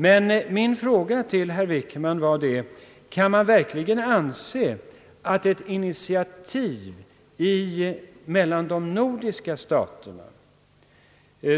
Men min fråga till herr Wickman var: Kan man verkligen anse att ett initiativ mellan de nordiska staterna,